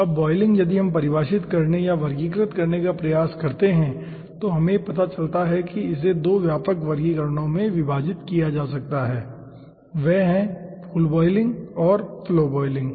अब बॉयलिंग यदि हम परिभाषित करने या वर्गीकृत करने का प्रयास करते हैं तो पता चलेगा कि इसे दो व्यापक वर्गीकरणों में विभाजित किया जा सकता है वे हैं पूल बॉयलिंग और फ्लो बॉयलिंग